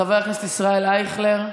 חבר הכנסת ישראל אייכלר,